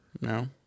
No